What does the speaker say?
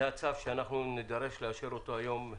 זה הצו שנידרש לאשר אותו היום.